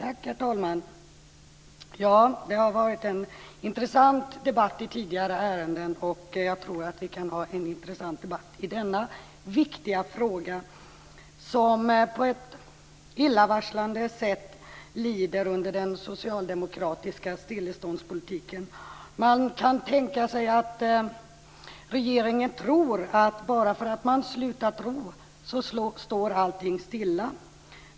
Herr talman! Det har varit en intressant debatt i tidigare ärenden. Jag tror att vi kan ha en intressant debatt också i denna viktiga fråga, som på ett illavarslande sätt lider under socialdemokratiska stilleståndspolitiken. Man kan tänka sig att regeringen tror att bara för att man har slutat ro så står allting stilla.